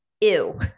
ew